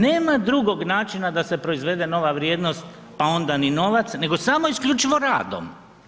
Nema drugog načina da se proizvede nova vrijednost, pa onda ni novac, nego samo isključivo radom.